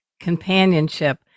companionship